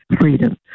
freedom